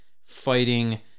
fighting